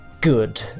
good